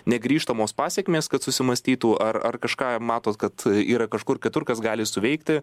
negrįžtamos pasekmės kad susimąstytų ar ar kažką matot kad yra kažkur kitur kas gali suveikti